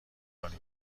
کنی